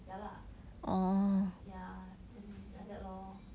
yeah lah yeah then like that lor